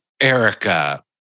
Erica